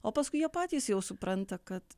o paskui jie patys jau supranta kad